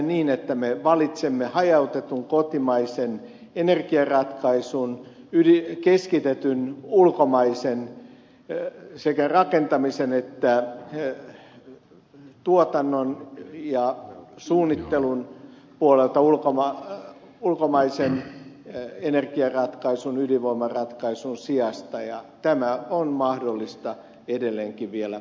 niin että me valitsemme hajautetun kotimaisen energiaratkaisun keskitetyn ulkomaisen sekä rakentamisen että tuotannon ja suunnittelun puolelta ulkomaisen energiaratkaisun ydinvoimaratkaisun sijasta ja tämä on mahdollista edelleenkin vielä huomenna